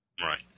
right